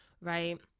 right